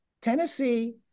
Tennessee